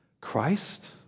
Christ